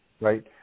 Right